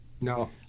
no